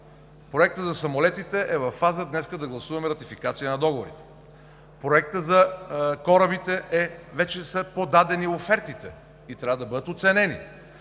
Проектът за самолетите е във фаза днес да гласуваме ратификация на договора. Проектът за корабите – вече са подадени офертите и трябва да бъдат оценени,